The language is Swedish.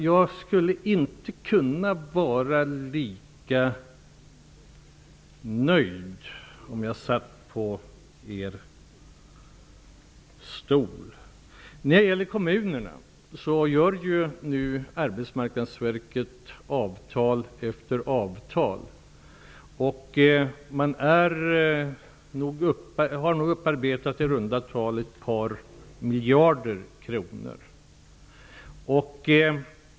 Jag skulle inte kunna vara lika nöjd om jag satt på er stol. Med kommunerna träffar Arbetsmarknadsverket nu avtal efter avtal. Man har nog gjort insatser för i runda tal ett par miljarder kronor.